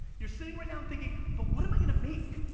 you're sitting right now and thinking, but what am i gonna make?